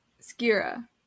Skira